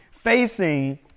Facing